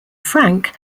frank